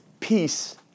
Peace